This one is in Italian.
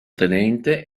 tenente